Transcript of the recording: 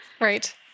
Right